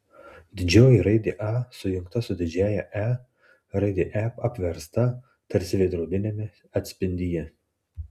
didžioji raidė a sujungta su didžiąja e raidė e apversta tarsi veidrodiniame atspindyje